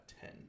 ten